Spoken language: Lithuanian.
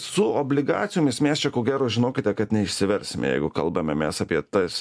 su obligacijomis mes čia ko gero žinokite kad neišsiversime jeigu kalbame mes apie tas